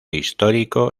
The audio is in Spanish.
histórico